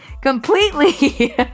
completely